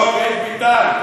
דוד ביטן.